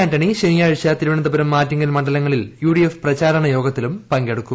ആന്റണി ശനിയാഴ്ച തിരുവനന്തപുരം ആറ്റിങ്ങൽ മണ്ഡലങ്ങളിൽ യുഡിഎഫ് പ്രചാരണ യോഗങ്ങളിലും പങ്കെടുക്കും